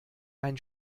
ein